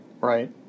Right